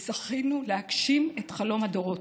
וזכינו להגשים את חלום הדורות.